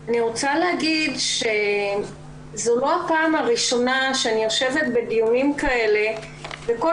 אני רוצה להגיד שזו לא הפעם הראשונה שאני יושבת בדיונים כאלה וכל